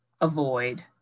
avoid